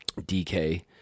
DK